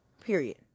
Period